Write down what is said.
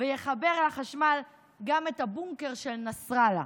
ויחבר לחשמל גם את הבונקר של נסראללה.